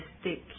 stick